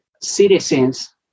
citizens